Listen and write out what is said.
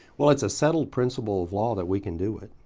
well, it's a so but principle of law that we can do it